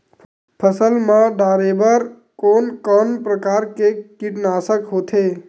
फसल मा डारेबर कोन कौन प्रकार के कीटनाशक होथे?